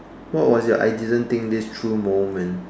what was your I didn't think this through moment